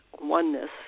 oneness